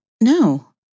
No